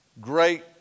great